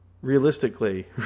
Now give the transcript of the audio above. realistically